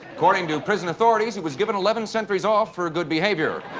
according to prison authorities, he was given eleven centuries off for good behavior.